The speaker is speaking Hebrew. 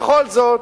בכל זאת,